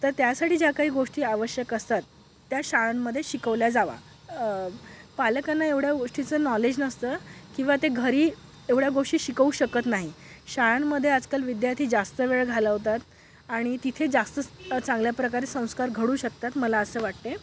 तर त्यासाठी ज्या काही गोष्टी आवश्यक असतात त्या शाळांमध्ये शिकवल्या जाव्या पालकांना एवढ्या गोष्टीचं नॉलेज नसतं किंवा ते घरी एवढ्या गोष्टी शिकवू शकत नाही शाळांमध्ये आजकाल विद्यार्थी जास्त वेळ घालवतात आणि तिथे जास्त चांगल्या प्रकारे संस्कार घडू शकतात मला असं वाटते